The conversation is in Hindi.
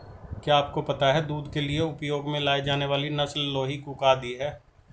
क्या आपको पता है दूध के लिए उपयोग में लाई जाने वाली नस्ल लोही, कूका आदि है?